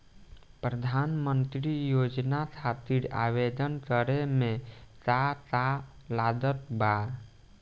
प्रधानमंत्री योजना खातिर आवेदन करे मे का का लागत बा?